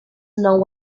not